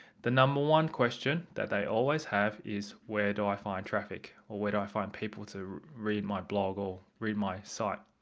the number one question that they always have is where do i find traffic or where do i find people to read my blog or read my site?